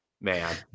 Man